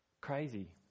crazy